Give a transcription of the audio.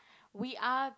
we are